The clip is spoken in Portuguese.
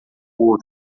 poço